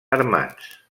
armats